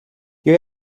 you